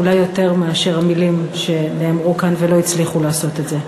אולי יותר מאשר מילים שנאמרו כאן ולא הצליחו לעשות את זה.